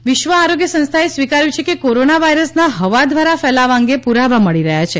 ડબલ્યુએ ચઓ વિશ્વ આરોગ્ય સંસ્થાએ સ્વીકાર્યું છે કે કોરોના વાયરસના હવા દ્વારા ફેલાવા અંગે પુરાવા મળી રહ્યા છે